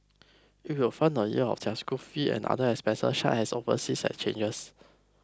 it will fund a year of their school fees and other expenses such as overseas exchanges